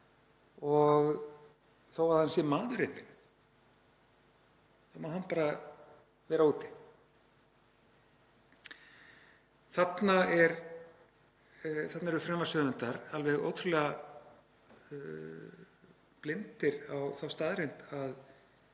og þó að hann sé maðurinn þinn, hann má bara vera úti. Þarna eru frumvarpshöfundar alveg ótrúlega blindir á þá staðreynd að